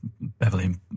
Beverly